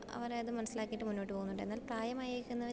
അവരത് മനസ്സിലാക്കിയിട്ട് മുന്നോട്ട് പോകുന്നുണ്ട് എന്നാൽ പ്രായമായിരിക്കുന്നവരീ